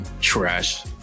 trash